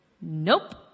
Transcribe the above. Nope